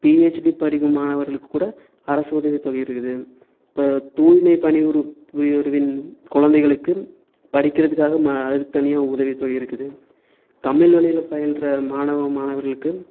PhD படிக்கும் மாணவர்களுக்கு கூட அரசு உதவித்தொகை இருக்குது தூய்மை பணி ஒரு உயர்வின் குழந்தைகளுக்கு படிக்கிறதுக்காக அதுக்கு தனியாக உதவித்தொகை இருக்குது தமிழ் வழியில் பயின்ற மாணவ மாணவர்களுக்கு